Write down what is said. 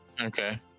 Okay